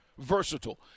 versatile